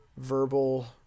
verbal